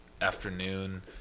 afternoon